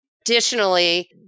Additionally